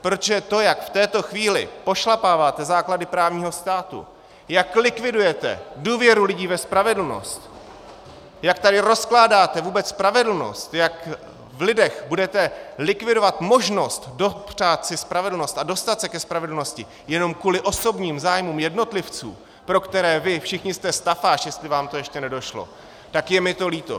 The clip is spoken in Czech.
Protože to, jak v této chvíli pošlapáváte základy právního státu, jak likvidujete důvěru lidí ve spravedlnost, jak tady rozkládáte vůbec spravedlnost, jak v lidech budete likvidovat možnost dopřát si spravedlnost a dostat se ke spravedlnosti jenom kvůli osobním zájmům jednotlivců, pro které vy všichni jste stafáž, jestli vám to ještě nedošlo, tak je mi to líto.